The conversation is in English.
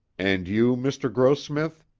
and you, mr. grossmith?